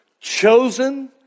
chosen